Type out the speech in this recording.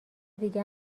دیگه